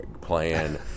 playing